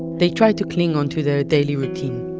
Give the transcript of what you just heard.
they tried to cling onto their daily routine,